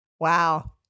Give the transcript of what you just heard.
Wow